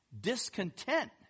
discontent